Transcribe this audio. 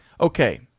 Okay